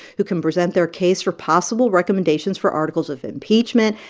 who can present their case for possible recommendations for articles of impeachment,